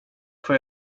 får